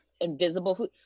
invisible